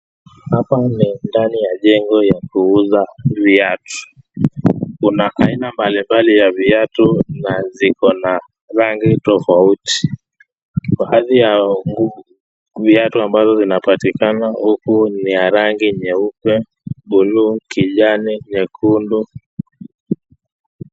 Hapa ni ndani ya jengo ya kuuza viatu, kuna aina mbalimbali ya viatu na ziko na rangi tofauti, baadhi ya viatu ambazo zinapatikana huku ni ya rangi nyeupe, blue , kijani, nyekundu.